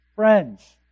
Friends